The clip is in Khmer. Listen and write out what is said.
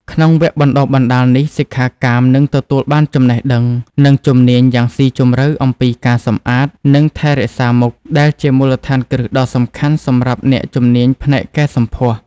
ក្នុងវគ្គបណ្តុះបណ្តាលនេះ សិក្ខាកាមនឹងទទួលបានចំណេះដឹង និងជំនាញយ៉ាងស៊ីជម្រៅអំពីការសម្អាត និងថែរក្សាមុខ ដែលជាមូលដ្ឋានគ្រឹះដ៏សំខាន់សម្រាប់អ្នកជំនាញផ្នែកកែសម្ផស្ស។